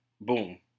boom